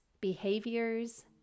behaviors